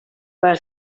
per